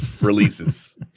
releases